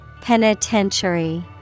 Penitentiary